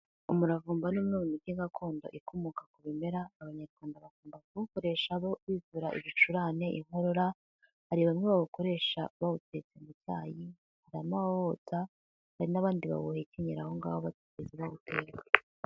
Umuravumba ni umwe mu miti gakondo ikomoka ku bimera, Abanyarwanda bagomba kuwukoresha bo bivu ibicurane, inkorora, hari bamwe bawukoresha bawutetse mu byayi hari n'abawotsa hari n'abandi bawuhekenyera aho ngaho batigeze bawuteka.